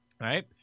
right